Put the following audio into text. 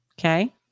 Okay